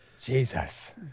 Jesus